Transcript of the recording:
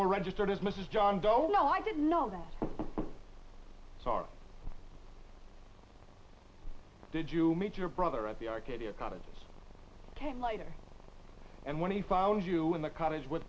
were registered as mrs john doe no i didn't know that sorry did you meet your brother at the arcadia cottages came later and when he found you in the cottage w